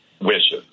wishes